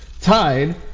Tied